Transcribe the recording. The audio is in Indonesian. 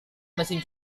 mesin